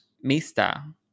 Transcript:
Mista